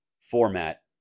format